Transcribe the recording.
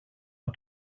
από